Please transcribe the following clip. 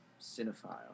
cinephile